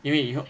因为以后